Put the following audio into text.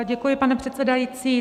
Děkuji, pane předsedající.